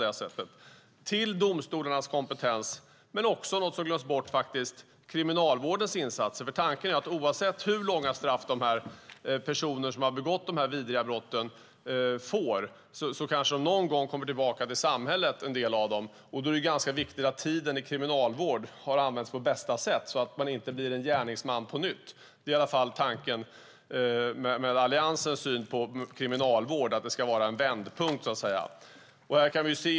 Detta gäller även domstolarnas kompetens och Kriminalvårdens insatser. Oavsett hur långa straff de personer som har begått de vidriga brotten får kommer de någon gång tillbaka till samhället. Då är det viktigt att tiden i kriminalvård har använts på bästa sätt så att de inte blir gärningsmän på nytt. Det är tanken med Alliansens syn på kriminalvård, nämligen en vändpunkt.